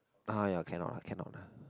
ah ya cannot cannot ah